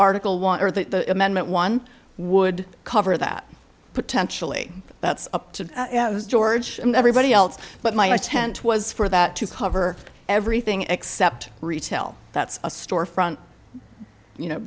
article one or the amendment one would cover that potentially that's up to george and everybody else but my tent was for that to cover everything except retail that's a store front you know